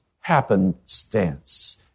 happenstance